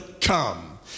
come